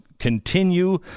continue